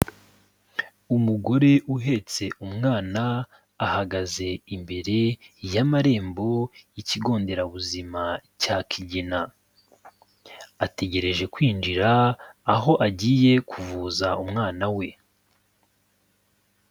Umugore uhetse umwana ahagaze imbere y'amarembo y'ikigo nderabuzima cya Kigina. Ategereje kwinjira, aho agiye kuvuza umwana we.